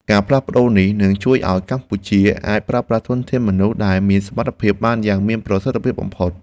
ការផ្លាស់ប្ដូរនេះ នឹងជួយឱ្យកម្ពុជាអាចប្រើប្រាស់ធនធានមនុស្សដែលមានសមត្ថភាពបានយ៉ាងមានប្រសិទ្ធភាពបំផុត។